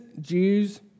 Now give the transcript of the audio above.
Jews